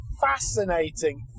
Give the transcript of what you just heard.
fascinating